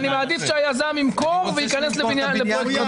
אני מעדיף שהיזם ימכור וייכנס לפרויקט חדש.